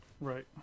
Right